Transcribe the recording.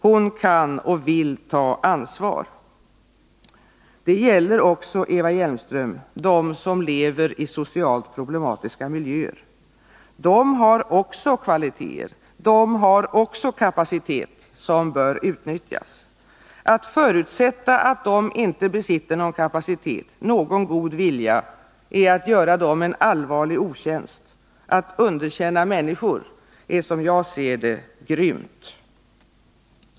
Hon kan och vill ta ansvar.” Det gäller också, Eva Hjelmström, de människor som lever i socialt problematiska miljöer. Även de har kvaliteter, och de har också en kapacitet som bör utnyttjas. Att förutsätta att de inte besitter någon kapacitet eller någon god vilja är att göra dem en allvarlig otjänst. Att underkänna människor är, som jag ser det, grymt.